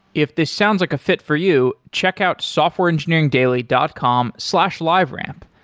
if this sounds like a fit for you, check out softwareengineeringdaily dot com slash liveramp.